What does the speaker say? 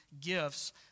gifts